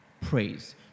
Praise